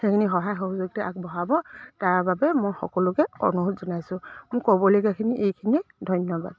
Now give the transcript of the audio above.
সেইখিনি সহায় সহযোগিতা আগবঢ়াব তাৰ বাবে মই সকলোকে অনুৰোধ জনাইছোঁ মোৰ ক'বলগীয়াখিনি এইখিনিয়ে ধন্যবাদ